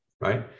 right